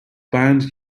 band